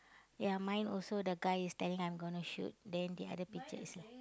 ya mine also the guy is standing I'm gonna shoot then the other picture is like